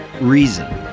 reason